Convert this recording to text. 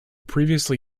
previously